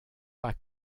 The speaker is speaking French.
pas